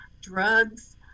drugs